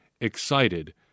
excited